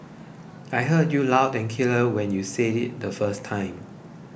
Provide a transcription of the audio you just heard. I heard you loud and clear when you said it the first time